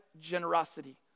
generosity